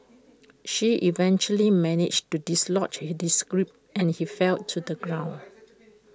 she eventually managed to dislodge and his grip and he fell to the ground